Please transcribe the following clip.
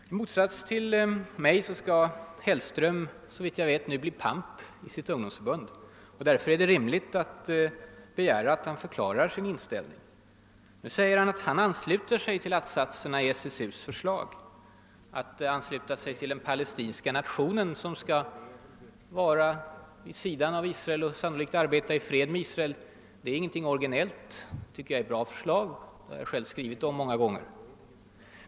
I motsats till mig skall Hellström nu bli pamp i sitt ungdomsförbund. Därför är det rimligt att begära att han förklarar sin inställning. Nu säger han att han ansluter sig till att-satserna i SSU:s förslag. Att ansluta sig till den palestinska nationen som skall finnas vid sidan av Israel och arbeta i fred är ingenting originellt. Det tycker jag är ett bra förslag, som jag själv har skrivit om många gånger.